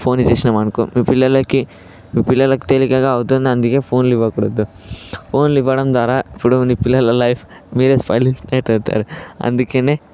ఫోన్లిలిచ్చేసినామానుకో పిల్లలకి మీ పిల్లలకి మీ పిల్లలకి తేలికగా అవుతుంది అందుకే ఫోన్లు ఇవ్వకూడదు ఫోన్లు ఇవ్వడం ద్వారా ఇప్పుడు మీ పిల్లలు లైఫ్ మీరే స్పాయిల్ చేసినట్టు అవుతారు అందుకనే